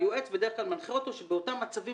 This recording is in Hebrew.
היועץ בדרך כלל מנחה אותו שבאותם מצבים